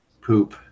poop